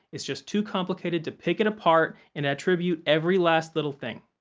it's just too complicated to pick it apart and attribute every last little thing.